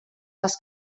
les